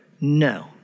No